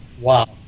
wow